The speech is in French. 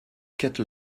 quatre